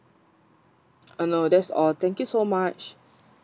uh no that's all thank you so much